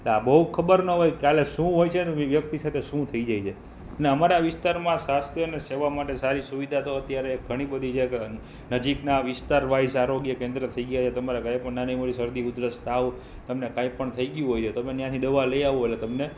બહુ ખબર ન હોય કાલે શું હોય છે વ્યક્તિ સાથે શું થઈ જાય છે અને અમારા વિસ્તારમાં સ્વાસ્થ્ય અને સેવા માટે સારી સુવિધા તો અત્યારે ઘણી બધી નજીકના વિસ્તાર વાઈઝ આરોગ્ય કેન્દ્ર થઈ ગયા છે તમારા ઘરે પણ નાની મોટી શરદી ઉધરસ તાવ તમને કઈ પણ થઈ ગયું હોય છે તમે ત્યાંથી દવા લઈ આવો એટલે તમને